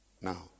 Now